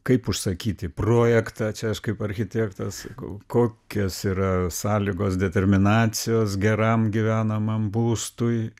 kaip užsakyti projektą čia aš kaip architektas kokios yra sąlygos determinacijos geram gyvenamam būstui